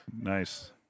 Nice